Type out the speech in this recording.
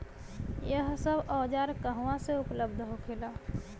यह सब औजार कहवा से उपलब्ध होखेला?